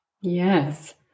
Yes